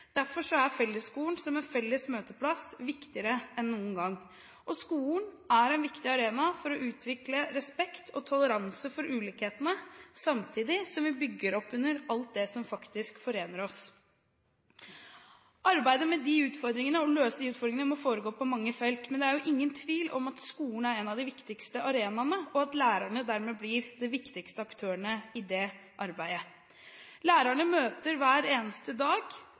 Derfor er fellesskolen – som en felles møteplass – viktigere enn noen gang. Skolen er en viktig arena for å utvikle respekt og toleranse for ulikhetene samtidig som vi bygger opp under alt det som faktisk forener oss. Arbeidet med å løse disse utfordringene må foregå på mange felt. Men det er ingen tvil om at skolen er en av de viktigste arenaene, og at lærerne dermed blir de viktigste aktørene i det arbeidet. Lærerne møter, hver eneste dag,